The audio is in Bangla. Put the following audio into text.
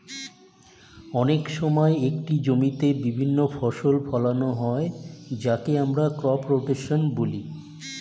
অনেক সময় একটি জমিতে বিভিন্ন ফসল ফোলানো হয় যাকে আমরা ক্রপ রোটেশন বলি